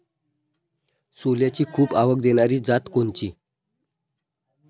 सोल्याची खूप आवक देनारी जात कोनची?